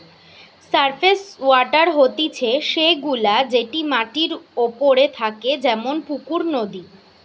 surface water হতিছে সে গুলা যেটি মাটির ওপরে থাকে যেমন পুকুর, নদী